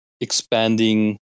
expanding